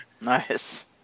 nice